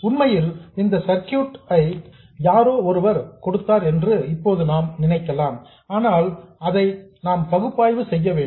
உண்மையில் இந்த சர்க்யூட் ஐ யாரோ ஒருவர் கொடுத்தார் என்று இப்போது நாம் நினைக்கலாம் ஆனால் அதை நாம் பகுப்பாய்வு செய்ய வேண்டும்